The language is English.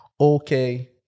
Okay